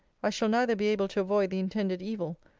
i shall neither be able to avoid the intended evil,